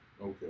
Okay